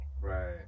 right